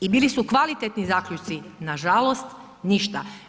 I bili su kvalitetni zaključci, nažalost ništa.